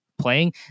playing